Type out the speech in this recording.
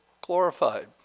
glorified